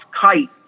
kite